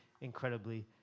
incredibly